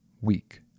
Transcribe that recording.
weak